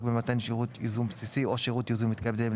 במתן שירות ייזום בסיסי או שירות ייזום מתקדם,